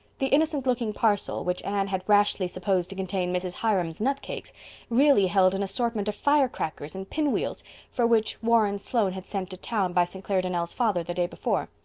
the innocent looking parcel which anne had rashly supposed to contain mrs. hiram's nut cakes really held an assortment of firecrackers and pinwheels for which warren sloane had sent to town by st. clair donnell's father the day before,